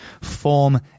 form